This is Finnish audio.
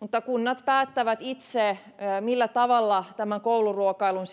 mutta kunnat päättävät itse millä tavalla tämän kouluruokailun